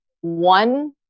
one